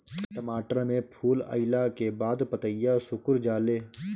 टमाटर में फूल अईला के बाद पतईया सुकुर जाले?